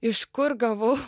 iš kur gavau